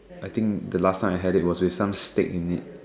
I think the last time I had it was with some steak in it